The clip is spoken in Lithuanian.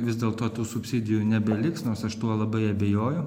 vis dėlto tų subsidijų nebeliks nors aš tuo labai abejoju